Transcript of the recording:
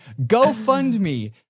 GoFundMe